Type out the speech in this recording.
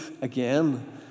again